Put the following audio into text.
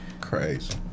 Crazy